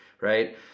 right